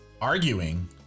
arguing